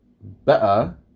better